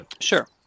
Sure